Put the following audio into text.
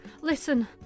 Listen